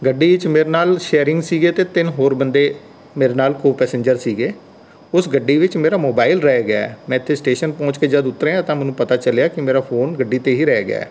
ਗੱਡੀ 'ਚ ਮੇਰੇ ਨਾਲ ਸ਼ੇਅਰਿੰਗ ਸੀਗੇ ਅਤੇ ਤਿੰਨ ਹੋਰ ਬੰਦੇ ਮੇਰੇ ਨਾਲ ਕੋਪਸੈਜਰ ਸੀਗੇ ਉਸ ਗੱਡੀ ਵਿੱਚ ਮੇਰਾ ਮੋਬਾਇਲ ਰਹਿ ਗਿਆ ਹੈ ਮੈਂ ਇੱਥੇ ਸਟੇਸ਼ਨ ਪਹੁੰਚ ਕੇ ਜਦ ਉਤਰਿਆ ਤਾਂ ਮੈਨੂੰ ਪਤਾ ਚੱਲਿਆ ਕਿ ਮੇਰਾ ਫ਼ੋਨ ਗੱਡੀ 'ਤੇ ਹੀ ਰਹਿ ਗਿਆ ਹੈ